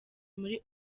muri